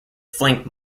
flank